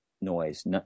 noise